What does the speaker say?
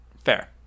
fair